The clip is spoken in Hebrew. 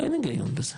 אין היגיון בזה,